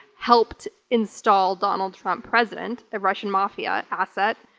helped install donald trump president, the russian mafia asset.